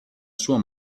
sua